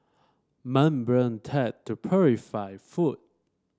membrane tech to purify food